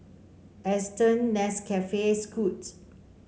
Aston Nescafe Scoot